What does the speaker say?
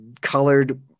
colored